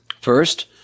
First